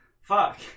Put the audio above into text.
fuck